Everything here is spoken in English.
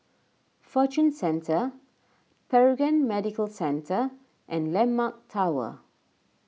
Fortune Centre Paragon Medical Centre and Landmark Tower